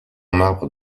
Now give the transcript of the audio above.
marbre